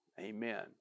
Amen